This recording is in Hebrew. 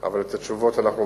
אבל את התשובות אנחנו מכינים,